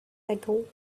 ago